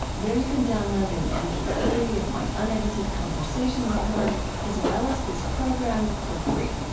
there you can download an m p three of my unedited conversation with her as well as this program for free.